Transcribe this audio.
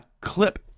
clip